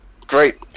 great